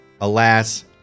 Alas